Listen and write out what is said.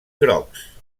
grocs